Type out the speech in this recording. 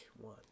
one